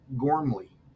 gormley